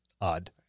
odd